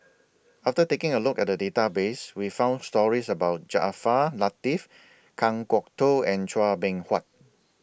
after taking A Look At The Database We found stories about Jaafar Latiff Kan Kwok Toh and Chua Beng Huat